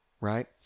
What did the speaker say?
Right